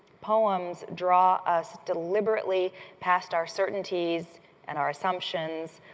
poems draw us deliberately past our certainties and our assumptions,